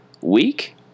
week